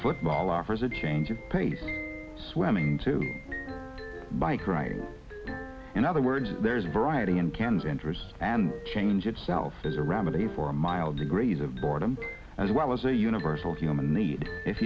football offers it change of pace swimming to bike ride in other words there is variety and cans interest and change itself is a remedy for mild degrees of boredom as well as a universal human need if